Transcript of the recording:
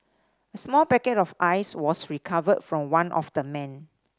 a small packet of Ice was recovered from one of the men